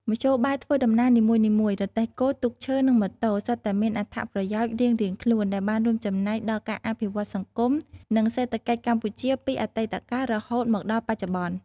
មធ្យោបាយធ្វើដំណើរនីមួយៗ រទេះគោ ទូកឈើ និងម៉ូតូ សុទ្ធតែមានអត្ថប្រយោជន៍រៀងៗខ្លួនដែលបានរួមចំណែកដល់ការអភិវឌ្ឍសង្គម និងសេដ្ឋកិច្ចកម្ពុជាពីអតីតកាល រហូតមកដល់បច្ចុប្បន្ន ។